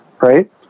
Right